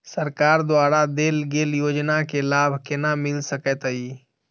सरकार द्वारा देल गेल योजना केँ लाभ केना मिल सकेंत अई?